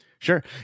Sure